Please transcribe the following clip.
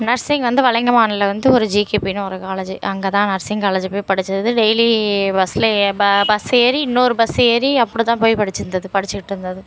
nursing வந்து வலைங்கமானில் வந்து ஒரு ஜேகேபின்னு ஒரு காலேஜு அங்கே தான் நர்சிங் காலேஜு போய் படித்தது டெய்லி பஸ்ஸுலேயே ப பஸ் ஏறி இன்னொரு பஸ்ஸு ஏறி அப்படி தான் போய் படிச்சிருந்தது படிச்சிட்டுருந்தது